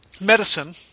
medicine